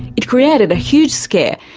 it created a huge scare,